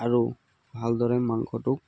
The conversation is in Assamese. আৰু ভালদৰে মাংসটো